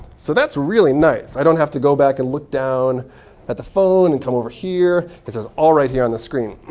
so that's really nice. i don't have to go back and look down at the phone and come over here. because it's all right here on the screen.